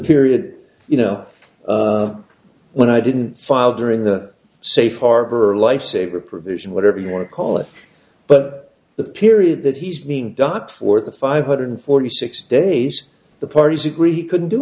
period you know when i didn't file during the safe harbor a life saver provision whatever you want to call it but the period that he's being dark for the five hundred forty six days the parties agree couldn't do